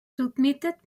submitted